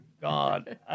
God